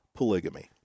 Polygamy